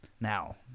Now